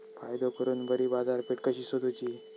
फायदो करून बरी बाजारपेठ कशी सोदुची?